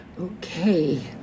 Okay